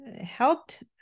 helped